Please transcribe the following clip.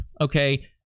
Okay